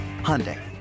Hyundai